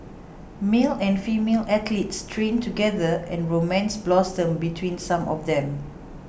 male and female athletes trained together and romance blossomed between some of them